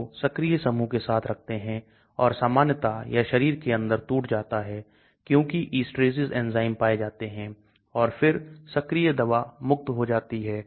एक को संतुलन का समय कहा जाता है वह समय है जो संतुलित होने के लिए घुलनशील और अघुलनशील रूप में लिया जाता है